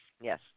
yes